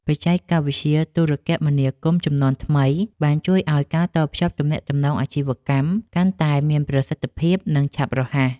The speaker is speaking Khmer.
បច្ចេកវិទ្យាទូរគមនាគមន៍ជំនាន់ថ្មីបានជួយឱ្យការតភ្ជាប់ទំនាក់ទំនងអាជីវកម្មកាន់តែមានប្រសិទ្ធភាព និងឆាប់រហ័ស។